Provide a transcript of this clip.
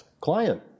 client